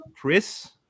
chris